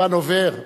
הזמן עובר.